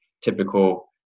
typical